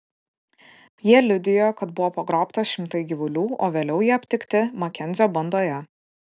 jie liudijo kad buvo pagrobta šimtai gyvulių o vėliau jie aptikti makenzio bandoje